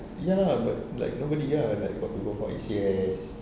ya but like nobody ya like got people from A_C_S